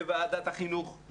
ועדת החינוך,